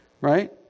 right